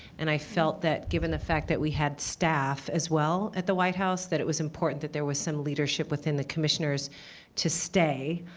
and i felt that, given the fact that we had staff as well at the white house, that it was important that there was some leadership within the commissioners to stay,